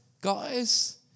guys